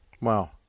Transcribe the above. wow